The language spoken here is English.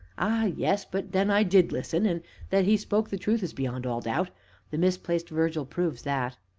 ah, yes but then, i did listen, and that he spoke the truth is beyond all doubt the misplaced virgil proves that.